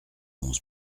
onze